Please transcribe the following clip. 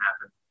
happen